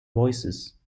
voices